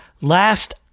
last